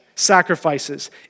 sacrifices